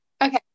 Okay